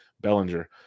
Bellinger